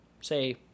say